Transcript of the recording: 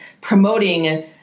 promoting